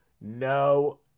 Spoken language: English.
no